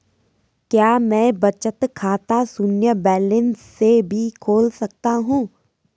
क्या मैं बचत खाता शून्य बैलेंस से भी खोल सकता हूँ?